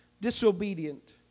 disobedient